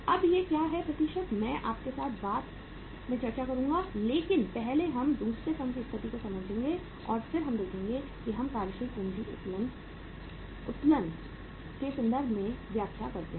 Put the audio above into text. अब ये क्या है प्रतिशत मैं आपके साथ बाद में चर्चा करूंगा लेकिन पहले हम दूसरे फर्म में स्थिति को समझेंगे और फिर हम देखेंगे कि हम कार्यशील पूंजी उत्तोलन के संदर्भ में व्याख्या करते हैं